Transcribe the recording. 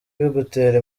bigutera